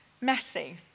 messy